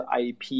IP